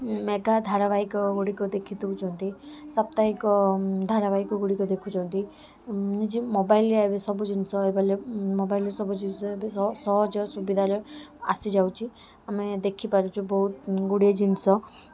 mega ଧାରାବାହିକ ଗୁଡ଼ିକ ଦେଖି ଦେଉଛନ୍ତି ସାପ୍ତାହିକ ଧାରାବାହିକ ଗୁଡ଼ିକ ଦେଖୁଛନ୍ତି ନିଜ ମୋବାଇଲରେ ଏବେ ସବୁ ଜିନିଷ ମୋବାଇଲରେ ସବୁଜିନିଷ ଏବେ ସହଜ ସୁବିଧାରେ ଆସିଯାଉଛି ଆମେ ଦେଖିପାରୁଛୁ ବହୁତ ଗୁଡ଼ିଏ ଜିନିଷ